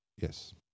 Yes